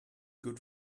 good